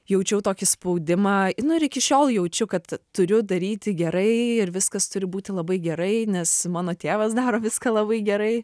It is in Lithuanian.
jaučiau tokį spaudimą nu ir iki šiol jaučiu kad turiu daryti gerai ir viskas turi būti labai gerai nes mano tėvas daro viską labai gerai